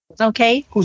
Okay